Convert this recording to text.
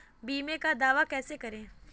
बीमे का दावा कैसे करें?